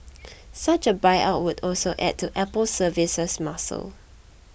such a buyout would also add to Apple's services muscle